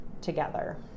together